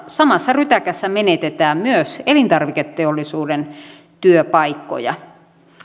samassa rytäkässä menetetään myös elintarviketeollisuuden työpaikkoja